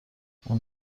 اون